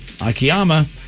Akiyama